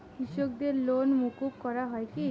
কৃষকদের লোন মুকুব করা হয় কি?